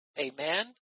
Amen